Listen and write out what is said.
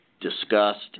discussed